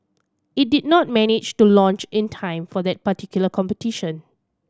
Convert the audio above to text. it did not manage to launch in time for that particular competition